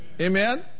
Amen